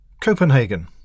Copenhagen